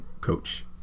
coach